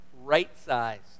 right-sized